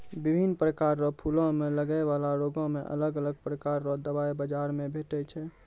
बिभिन्न प्रकार रो फूलो मे लगै बाला रोगो मे अलग अलग प्रकार रो दबाइ बाजार मे भेटै छै